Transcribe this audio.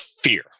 fear